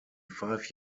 five